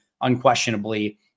unquestionably